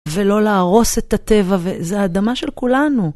ולא להרוס את הטבע, זה האדמה של כולנו.